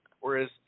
Whereas